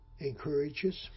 encourages